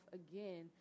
again